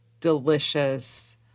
delicious